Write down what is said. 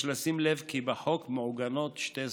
יש לשים לב כי בחוק מעוגנות שתי זכויות: